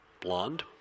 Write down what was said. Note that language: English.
Blonde